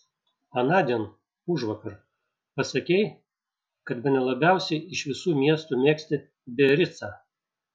anądien užvakar pasakei kad bene labiausiai iš visų miestų mėgsti biaricą